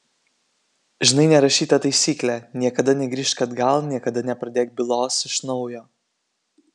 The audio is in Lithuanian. žinai nerašytą taisyklę niekada negrįžk atgal niekada nepradėk bylos iš naujo